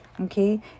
okay